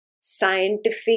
scientific